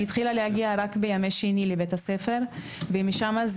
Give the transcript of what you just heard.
היא התחילה להגיע לבית הספר רק